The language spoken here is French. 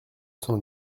cent